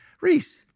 Reese